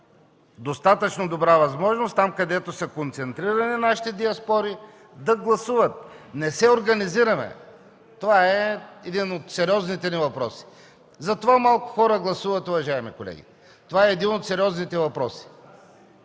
достатъчно добра възможност там, където е концентрирана нашата диаспора, да гласуват. Не се организираме. Това е един от сериозните ни въпроси. Затова малко хора гласуват, уважаеми колеги. От тази гледна точка